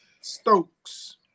Stokes